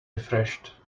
refreshed